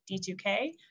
D2K